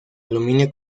aluminio